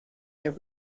their